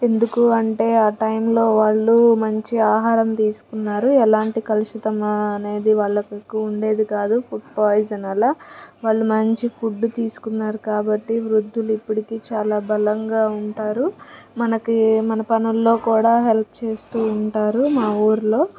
ఎందుకు అంటే ఆ టైంలో వాళ్ళు మంచి ఆహారం తీసుకున్నారు ఎలాంటి కలుషితం అనేది వాళ్ళకి ఎక్కువ ఉండేది కాదు ఫుడ్ పాయిజన్ అలా వాళ్ళు మంచి ఫుడ్ తీసుకున్నారు కాబట్టి వృద్ధులు ఇప్పటికి చాల బలంగా ఉంటారు మనకి మన పనుల్లో కూడా హెల్ప్ చేస్తు ఉంటారు మా ఊళ్ళో